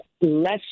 less